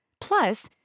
Plus